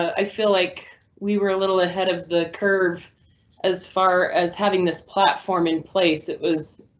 i feel like we were a little ahead of the curve as far as having this platform in place, it was.